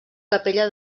capella